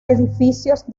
edificios